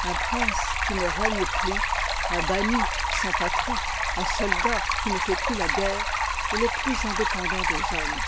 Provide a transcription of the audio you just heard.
un prince qui ne règne plus un banni sans patrie un soldat qui ne fait plus la guerre est le plus indépendant des hommes